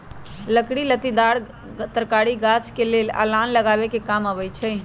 लकड़ी लत्तिदार तरकारी के गाछ लेल अलान लगाबे कें काम अबई छै